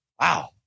Wow